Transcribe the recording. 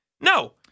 No